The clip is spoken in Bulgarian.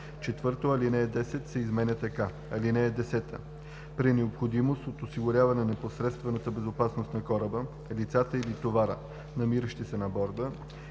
1.“ 4. Алинея 10 се изменя така: „(10) При необходимост от осигуряване непосредствената безопасност на кораба, лицата или товара, намиращи се на борда,